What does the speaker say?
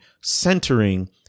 centering